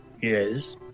Yes